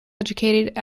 educated